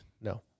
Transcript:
No